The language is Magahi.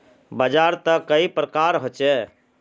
बाजार त कई प्रकार होचे?